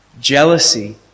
jealousy